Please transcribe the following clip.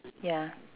ya